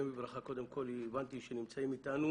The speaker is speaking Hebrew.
הבנתי שנמצאים איתנו